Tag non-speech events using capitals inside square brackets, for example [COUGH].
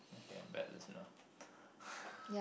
okay I'm a bad listener [BREATH]